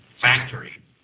factory